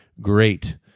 great